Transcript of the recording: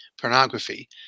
pornography